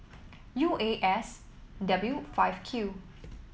U A S W five Q